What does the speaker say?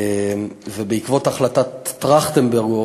בעקבות החלטת ועדת טרכטנברג,